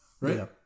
right